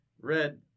Red